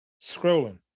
scrolling